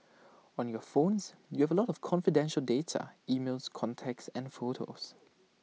on your phones you have A lot of confidential data emails contacts and photos